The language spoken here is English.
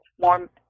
more